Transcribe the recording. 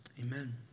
Amen